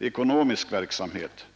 ekonomisk verksamhet.